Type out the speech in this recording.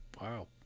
wow